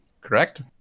correct